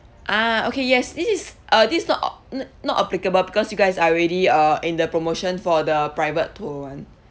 ah okay yes this is uh this not oh n~ not applicable because you guys are already uh in the promotion for the private tour [one]